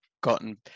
gotten